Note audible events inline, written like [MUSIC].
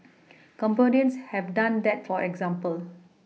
[NOISE] Cambodians have done that for example